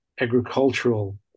agricultural